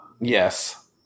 Yes